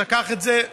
שלקח את זה,